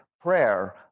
prayer